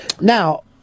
Now